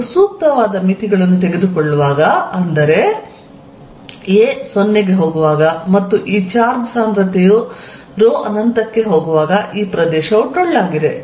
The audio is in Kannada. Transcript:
ಮತ್ತು ಸೂಕ್ತವಾದ ಮಿತಿಗಳನ್ನು ತೆಗೆದುಕೊಳ್ಳುವಾಗ ಅಂದರೆ 'a 0 ಗೆ ಹೋಗುವಾಗ' ಮತ್ತು ಈ ಚಾರ್ಜ್ ಸಾಂದ್ರತೆಯು 'ರೋ ಅನಂತಕ್ಕೆ ಹೋಗುವಾಗ' ಈ ಪ್ರದೇಶವು ಟೊಳ್ಳಾಗಿದೆ